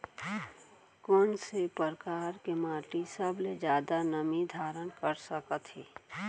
कोन से परकार के माटी सबले जादा नमी धारण कर सकत हे?